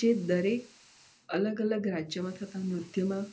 જે દરેક અલગ અલગ રાજ્યમાં થતા નૃત્યમાં